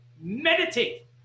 meditate